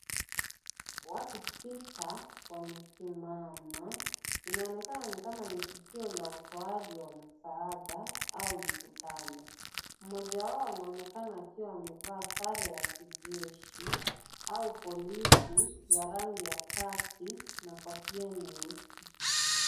Watu sita wamesimama, inaonekana ni tukio la utoaji wa msaada au mkutano. Mmoja wao anaonekana akiwa amevaa sare ya kijeshi au polisi ya rangi ya kaki na kofia nyeusi.